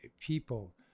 people